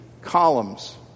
columns